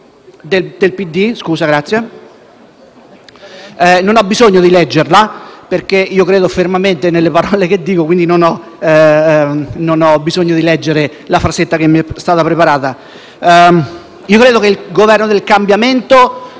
Democratico, non ho bisogno di leggerla perché credo fermamente nelle parole che dico e quindi non ho bisogno di leggere la frasetta che mi è stata preparata. Credo che il Governo del cambiamento